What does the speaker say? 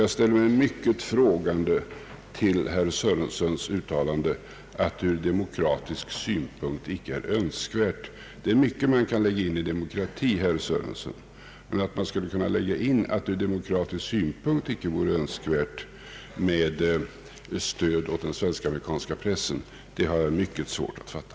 Jag ställer mig mycket frågande till herr Sörensons uttalande att stödet från demokratisk synpunkt inte är önskvärt. Man kan lägga in mycket i ordet demokrati, herr Sörenson, men att man skulle kunna påstå att det från demokratisk synpunkt inte vore önskvärt med stöd åt den svensk-amerikanska pressen i Nordamerika har jag mycket svårt att fatta.